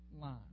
line